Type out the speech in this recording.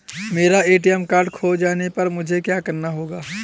मेरा ATM card खो जाने पर मुझे क्या करना होगा?